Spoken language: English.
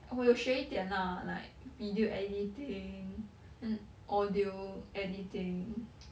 oh 我有学一点啦 like video editing then audio editing